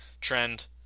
trend